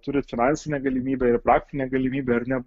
turit finansinę galimybę ir praktinę galimybę ar ne